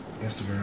Instagram